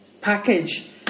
package